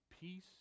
peace